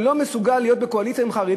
אני לא מסוגל להיות בקואליציה עם חרדים,